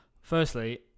firstly